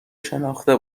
شناخته